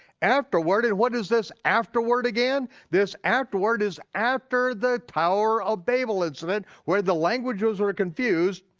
afterward, and what is this afterward again? this afterward is after the tower of babel incident where the languages were confused.